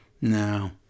no